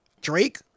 Drake